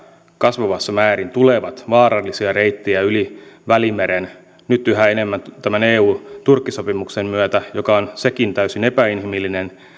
kasvavassa määrin tulevat vaarallisia reittejä yli välimeren nyt yhä enemmän tämän eu turkki sopimuksen myötä joka on sekin täysin epäinhimillinen